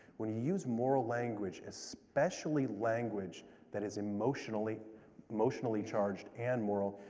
when you use moral language especially language that is emotionally emotionally charged, and moral,